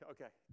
Okay